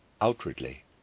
outwardly